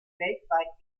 weltweit